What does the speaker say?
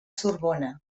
sorbona